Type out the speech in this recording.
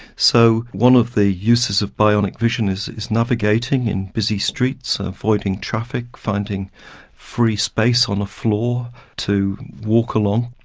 so one of the uses of bionic vision is is navigating in busy streets, avoiding traffic, finding free space on a floor to walk along.